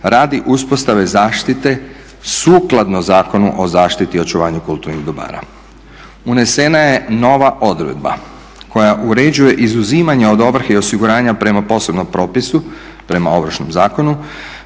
radi uspostave zaštite sukladno Zakonu o zaštiti i očuvanju kulturnih dobara. Unesena je nova odredba koja uređuje izuzimanje od ovrhe i osiguranja prema posebnom propisu, prema Ovršnom zakonu,